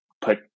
put